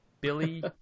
Billy